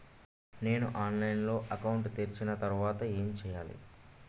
నేను ఆన్లైన్ లో అకౌంట్ తెరిచిన తర్వాత ఏం చేయాలి?